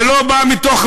זה לא בא מהאוויר.